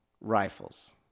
rifles